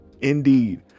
indeed